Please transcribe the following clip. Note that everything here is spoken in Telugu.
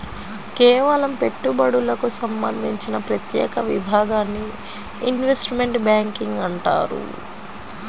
కేవలం పెట్టుబడులకు సంబంధించిన ప్రత్యేక విభాగాన్ని ఇన్వెస్ట్మెంట్ బ్యేంకింగ్ అంటారు